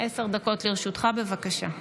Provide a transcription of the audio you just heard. עשר דקות לרשותך, בבקשה.